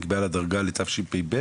נקבעה לה דרגה ל- תשפ"ב,